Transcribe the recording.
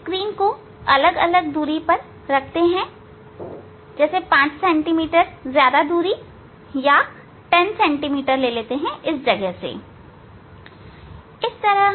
screen को अलग अलग दूरी पर रखते हैं जैसे 5 सेंटीमीटर ज्यादा दूरी और या 10 सेंटीमीटर इस जगह से